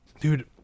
Dude